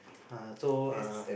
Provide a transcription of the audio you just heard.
uh so uh